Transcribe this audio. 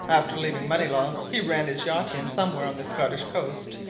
after leaving moneylaws, he ran his yacht in somewhere on the scottish coast,